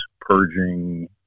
purging